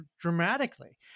dramatically